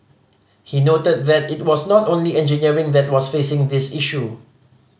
he noted that it was not only engineering that was facing this issue